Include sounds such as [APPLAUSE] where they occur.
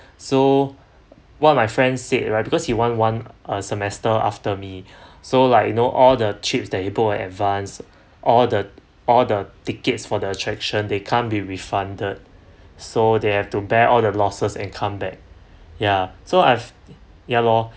[BREATH] so one of my friend said right because he want one a semester after me [BREATH] so like you know all the trips that he bought advance all the all the tickets for the attraction they can't be refunded so they have to bear all the losses and come back yeah so I've ya lor